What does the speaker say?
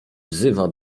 wzywa